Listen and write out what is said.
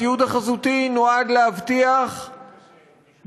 התיעוד החזותי נועד להבטיח